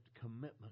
commitment